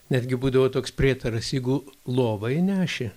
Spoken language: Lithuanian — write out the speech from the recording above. netgi būdavo toks prietaras jeigu lovą įneši